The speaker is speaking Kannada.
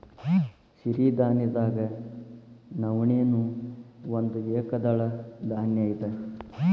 ಸಿರಿಧಾನ್ಯದಾಗ ನವಣೆ ನೂ ಒಂದ ಏಕದಳ ಧಾನ್ಯ ಇದ